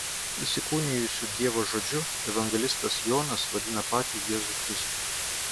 įsikūnijusiu dievo žodžiu evangelistas jonas vadina patį jėzų kristų